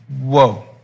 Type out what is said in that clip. whoa